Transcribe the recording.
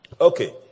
Okay